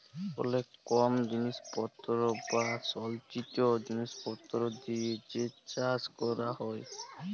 অলেক কম জিলিসপত্তর বা সলচিত জিলিসপত্তর দিয়ে যে চাষ ক্যরা হ্যয়